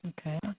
Okay